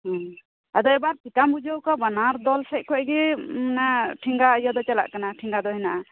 ᱦᱮᱸ ᱟᱫᱚ ᱮᱵᱟᱨ ᱪᱤᱠᱟᱢ ᱵᱩᱡᱷᱟᱹᱣ ᱠᱚᱣᱟ ᱵᱟᱱᱟᱨ ᱫᱚᱞ ᱥᱮᱡ ᱠᱷᱚᱡ ᱜᱮ ᱢᱟᱱᱮ ᱴᱷᱮᱸᱜᱟ ᱤᱭᱟᱹ ᱫᱚ ᱪᱟᱞᱟᱜ ᱠᱟᱱᱟ ᱴᱷᱮᱸᱜᱟ ᱫᱚ ᱦᱮᱱᱟᱜᱼᱟ